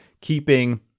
keeping